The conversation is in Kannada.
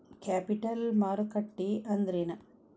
ಕ್ಯಾಪಿಟಲ್ ಮಾರುಕಟ್ಟಿ ಅಂದ್ರೇನ?